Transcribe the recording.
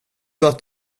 att